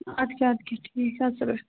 اَدٕ کیٛاہ اَدٕ کیٛاہ ٹھیٖک اَدٕ سا بیٚہہ